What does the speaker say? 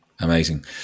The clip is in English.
Amazing